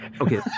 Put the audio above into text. Okay